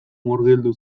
murgildu